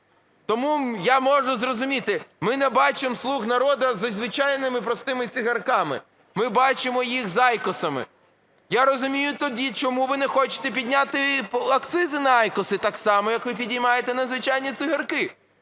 тому я можу зрозуміти. Ми не бачимо "слуг народу" зі звичайними простими цигарками, ми бачимо їх з айкосами. Я розумію тоді, чому ви не хочете підняти акцизи на айкоси так само, як ви підіймаєте на звичайні цигарки.